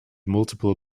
multiple